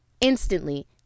instantly